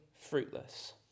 fruitless